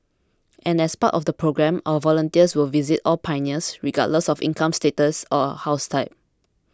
and as part of the programme our volunteers will visit all pioneers regardless of income status or house type